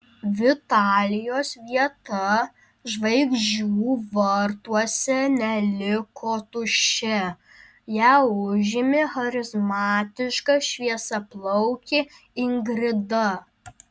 vitalijos vieta žvaigždžių vartuose neliko tuščia ją užėmė charizmatiška šviesiaplaukė ingrida